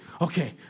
okay